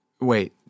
wait